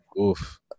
Oof